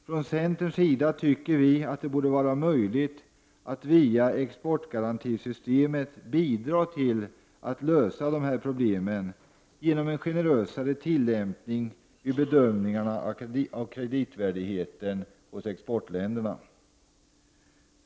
Från centerns sida tycker vi att det borde vara möjligt att via exportgarantisystemet bidra till att lösa dessa problem genom en generösare tillämpning vid bedömningarna av kreditvärdigheten hos exportlandet.